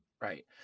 Right